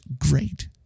great